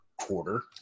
quarter